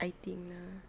I think lah